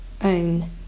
own